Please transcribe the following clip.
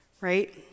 Right